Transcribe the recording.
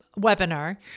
webinar